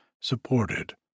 supported